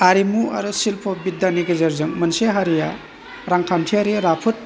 आरिमु आरो सिल्फ' बिद्दानि गेजेरजों मोनसे हारिया रांखान्थियारि राफोद